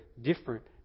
different